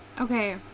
Okay